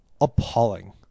appalling